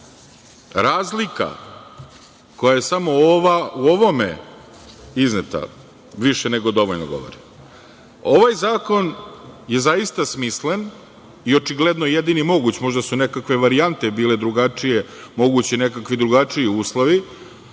razlika koja je samo u ovome izneta više nego dovoljno govori. Ovaj zakon je zaista smislen i očigledno jedini moguć. Možda su nekakve varijante bile drugačije, mogući nekakvi drugačiji uslovi,